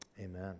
Amen